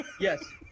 yes